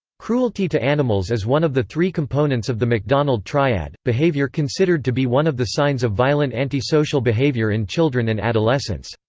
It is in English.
cruelty to animals is one of the three components of the macdonald triad, behavior considered to be one of the signs of violent antisocial behavior in children and adolescents.